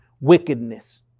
wickedness